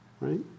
right